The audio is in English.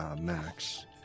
max